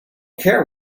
care